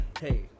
hey